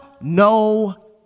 no